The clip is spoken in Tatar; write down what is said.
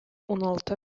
уналты